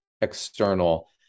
external